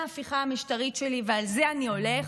ההפיכה המשטרית שלי ועל זה אני הולך,